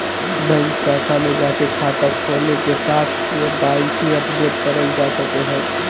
bank शाखा में जाके खाता खोले के साथ के.वाई.सी अपडेट करल जा सको हय